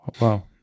Wow